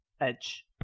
edge